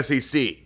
SEC